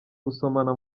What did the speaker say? gusomana